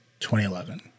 2011